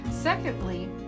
secondly